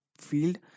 field